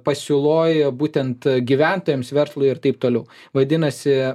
pasiūloj būtent gyventojams verslui ir taip toliau vadinasi